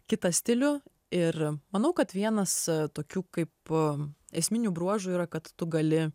kitą stilių ir manau kad vienas tokių kaip p esminių bruožų yra kad tu gali